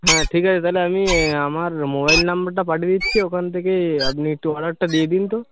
হ্যাঁ ঠিক আছে তাহলে আমি আমার মোবাইল নম্বরটা পাঠিয়ে দিচ্ছি ওখান থেকে আপনি একটু অর্ডারটা দিয়ে দিন তো